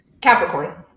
Capricorn